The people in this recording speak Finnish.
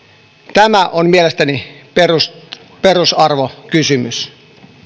tämä on mielestäni perusarvokysymys